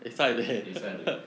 eh sai buay